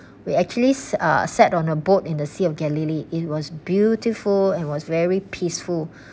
we actually s~ uh sat on a boat in the sea of galilee it was beautiful and was very peaceful